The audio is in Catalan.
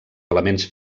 elements